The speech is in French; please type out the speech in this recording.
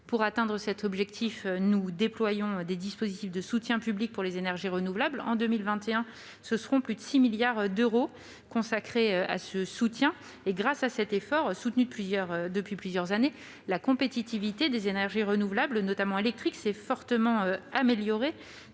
Pour atteindre cet objectif, nous déployons des dispositifs de soutien public en faveur des énergies renouvelables. En 2021, plus de 6 milliards d'euros seront consacrés à ce soutien. Grâce à cet effort soutenu depuis plusieurs années, la compétitivité des énergies renouvelables, notamment électriques, s'est fortement améliorée.